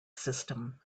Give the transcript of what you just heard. system